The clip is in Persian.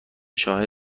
شاه